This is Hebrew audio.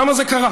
למה זה קרה